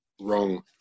wrong